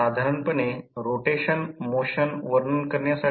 985 हे 100 KVA transformer आहे